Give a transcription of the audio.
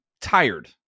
tired